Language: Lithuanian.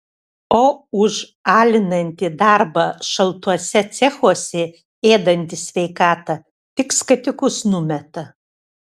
o už alinantį darbą šaltuose cechuose ėdantį sveikatą tik skatikus numeta